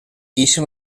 ixen